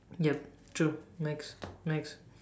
yup true next next